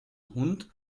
hund